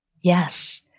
Yes